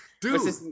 dude